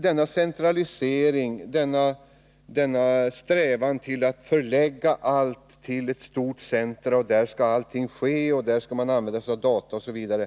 Denna centralisering — denna strävan att förlägga allt till ett stort centrum där allt skall ske och där det skall finnas data m.m.